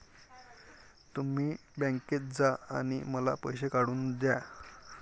तुम्ही बँकेत जा आणि मला पैसे काढून दया